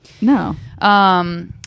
No